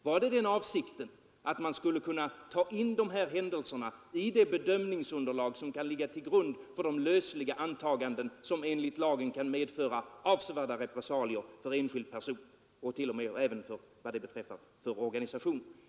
Var det den avsikten att man skulle kunna ta in de här händelserna i det bedömningsunderlag som kan ligga till grund för de lösliga antaganden som enligt lagen kan medföra avsevärda repressalier för enskild person och även, vad det beträffar, för organisationer?